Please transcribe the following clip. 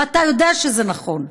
ואתה יודע שזה נכון.